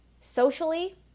socially